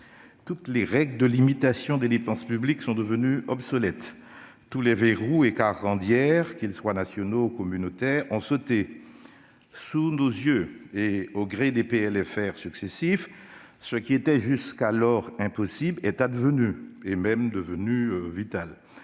toutes les règles de limitation des dépenses publiques sont devenues obsolètes ; tous les verrous et carcans d'hier, qu'ils soient nationaux ou communautaires, ont sauté. Sous nos yeux et au gré des PLFR successifs, ce qui était jusqu'alors impossible est advenu, et même devenu vital.